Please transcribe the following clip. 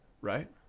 right